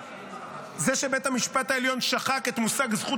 זה שבית המשפט העליון שחק את מושג זכות